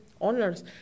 owners